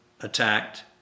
attacked